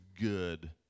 good